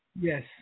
Yes